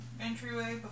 entryway